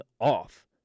off